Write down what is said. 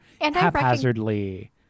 haphazardly